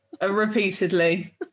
Repeatedly